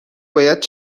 باید